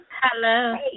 Hello